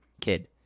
kid